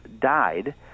died